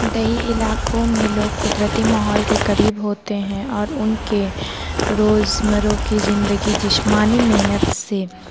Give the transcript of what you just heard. دیہی علاقوں میں لوگ قدرتی ماحول کے قریب ہوتے ہیں اور ان کے روزمرہ کی زندگی جسمانی محنت سے